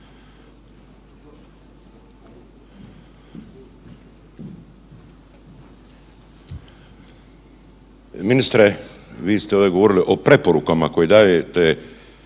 Ministre vi ste ovdje govorili o preporukama koje dajete